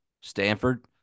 Stanford